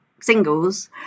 singles